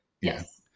Yes